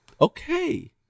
Okay